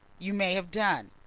you may have done.